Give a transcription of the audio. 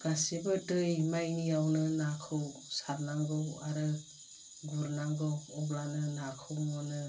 गासैबो दै मायनियावनो नाखौ सारनांगौ आरो गुरनांगौ अब्लानो नाखौ मोनो